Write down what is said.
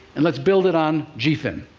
and let's build it on gphin.